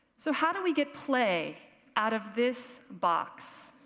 so how do we get play out of this box?